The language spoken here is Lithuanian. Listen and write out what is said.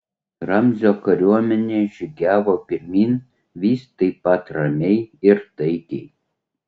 ramzio kariuomenė žygiavo pirmyn vis taip pat ramiai ir taikiai